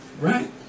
Right